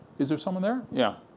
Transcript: is there someone there, yeah?